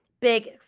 big